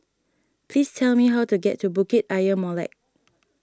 please tell me how to get to Bukit Ayer Molek